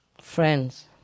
friends